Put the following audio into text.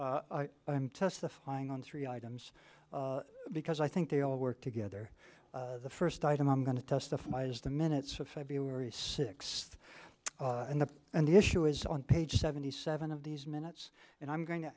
review i'm testifying on three items because i think they all work together the first item i'm going to testify is the minutes of february sixth and the and the issue is on page seventy seven of these minutes and i'm going to